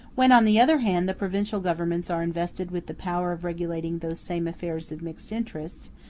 when, on the other hand, the provincial governments are invested with the power of regulating those same affairs of mixed interest,